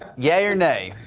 yeah or nay.